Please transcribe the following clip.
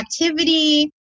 activity